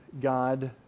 God